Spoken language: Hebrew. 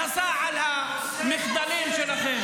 מכסים על המחדלים שלכם.